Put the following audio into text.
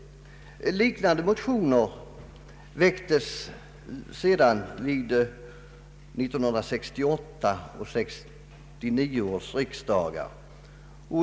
Liknande motioner väcktes också vid 1968 och 1969 års riksdagar.